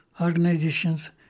organizations